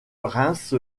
reims